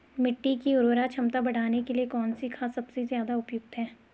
मिट्टी की उर्वरा क्षमता बढ़ाने के लिए कौन सी खाद सबसे ज़्यादा उपयुक्त है?